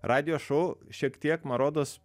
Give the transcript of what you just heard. radijo šou šiek tiek man rodos